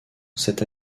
c’est